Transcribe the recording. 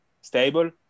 stable